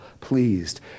pleased